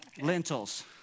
Lentils